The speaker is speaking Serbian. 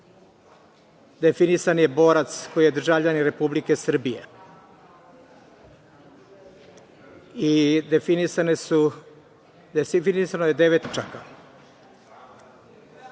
definisan je borac koji je državljanin Republike Srbije i definisano je devet tačaka.